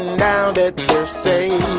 down that they're saved